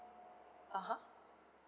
uh (huh)